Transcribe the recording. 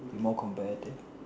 be more competitive